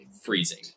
freezing